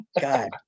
God